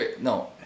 No